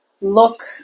look